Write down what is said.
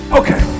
okay